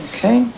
Okay